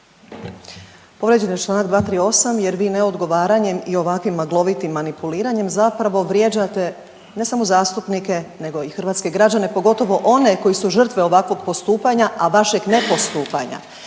Povrijeđen je čl. 238. jer vi ne odgovaranjem i ovakvim maglovitim manipuliranjem zapravo vrijeđate ne samo zastupnike nego i hrvatske građane, pogotovo one koji su žrtve ovakvog postupanja, a vašeg ne postupanja.